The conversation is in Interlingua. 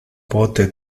pote